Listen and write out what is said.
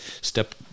step